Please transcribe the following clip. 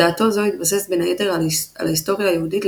בדעתו זו התבסס בין היתר על ההיסטוריה היהודית,